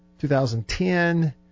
2010